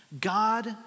God